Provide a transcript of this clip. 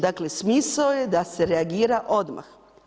Dakle, smisao je da se reagira odmah.